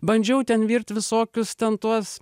bandžiau ten virt visokius ten tuos